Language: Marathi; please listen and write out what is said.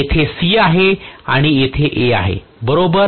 येथे C आहे आणि इथे A आहे बरोबर